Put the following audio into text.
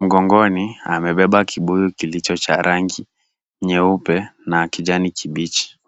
Mgongoni amebeba kibuyu kilicho cha rangi nyeupe na kijani kibichi.